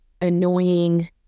annoying